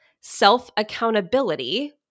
self-accountability